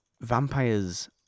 vampires